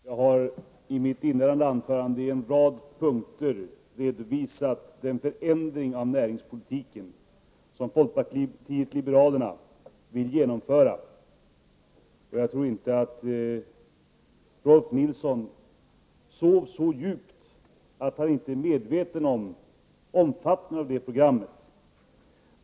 Herr talman! Jag har i mitt inledande anförande i en rad punkter redovisat den förändring av näringspolitiken som folkpartiet liberalerna vill genomföra. Och jag tror inte att Rolf L Nilson sov så djupt att han inte är medveten om omfattningen av det programmet.